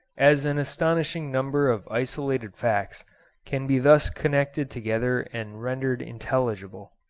as an astonishing number of isolated facts can be thus connected together and rendered intelligible.